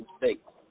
mistakes